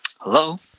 Hello